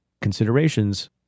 considerations